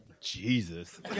Jesus